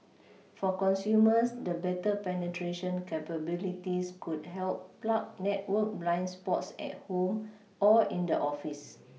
for consumers the better penetration capabilities could help plug network blind spots at home or in the office